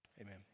Amen